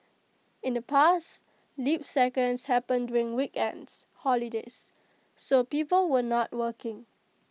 in the past leap seconds happened during weekends holidays so people were not working